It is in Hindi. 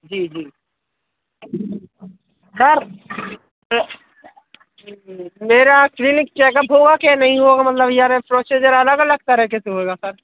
जी जी सर तो मेरा क्लीनिक चेकअप होगा की नईन होगा मतलब याने प्रोसिजर अलग अलग तरीके से होगा सर